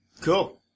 Cool